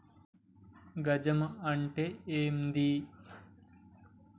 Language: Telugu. గజం అంటే ఏంది?